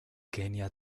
kenia